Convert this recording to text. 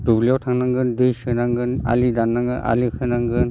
दुब्लियाव थांनांगोन दै सोनांगोन आलि दाननांगोन आलि खोनांगोन